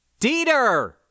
Dieter